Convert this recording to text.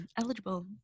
eligible